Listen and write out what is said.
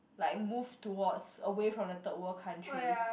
like move towards away from the third world country